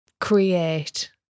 create